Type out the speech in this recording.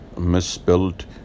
misspelled